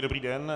Dobrý den.